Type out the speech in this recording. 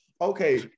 Okay